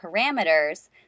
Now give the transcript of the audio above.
parameters